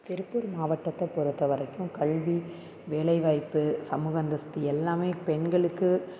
திருப்பூர் மாவட்டத்தை பொறுத்தவரைக்கும் கல்வி வேலை வாய்ப்பு சமூக அந்தஸ்து எல்லாமே பெண்களுக்கு